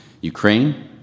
Ukraine